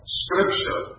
scripture